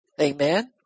Amen